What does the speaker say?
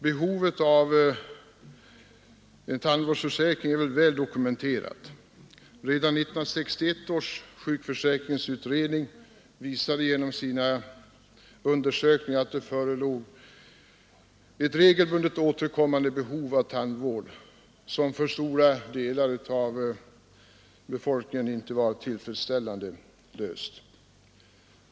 Behovet av en tandvårdsförsäkring är väl dokumenterat. Redan 1961 års sjukförsäkringsutredning visade genom sina undersökningar att det förelåg ett regelbundet återkommande behov av tandvård som för stora delar av befolkningen inte var tillfredsställande tillgodosett.